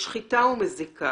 משחיתה ומזיקה